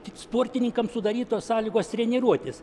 tik sportininkams sudarytos sąlygos treniruotis